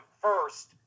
first